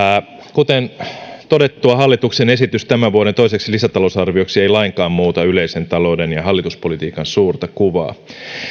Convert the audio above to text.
kuten todettua hallituksen esitys tämän vuoden toiseksi lisätalousarvioksi ei lainkaan muuta yleisen talouden ja hallituspolitiikan suurta kuvaa